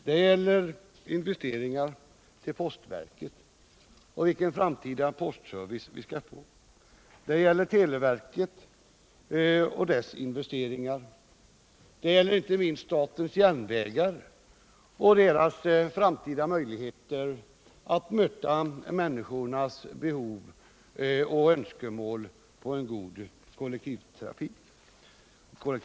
Det gäller investeringar i postverket och vilken postservice vi skall få i framtiden, det gäller televerket och dess investeringar och inte minst SJ och dess framtida möjligheter att tillfredsställa människornas behov av och önskemål om en god kollektivtrafikservice.